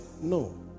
No